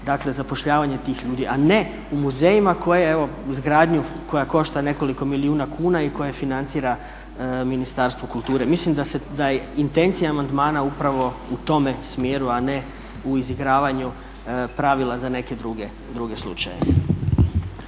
zapošljavanje tih ljudi, a ne u muzejima koje izgradnju koja košta nekoliko milijuna kuna i koje financira Ministarstvo kulture. Mislim da je intencija amandmana upravo u tome smjeru, a ne u izigravanju pravila za neke druge slučajeve.